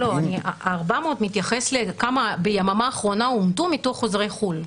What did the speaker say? ה-400 מתייחס לכמה ביממה האחרונה אומתו מתוך חוזרי חו"ל.